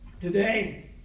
today